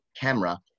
camera